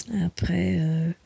après